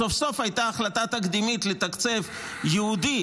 סוף-סוף הייתה החלטה תקדימית לתקצב ייעודי